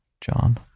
John